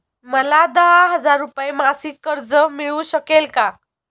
मला दहा हजार रुपये मासिक कर्ज मिळू शकेल का?